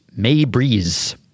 Maybreeze